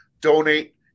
Donate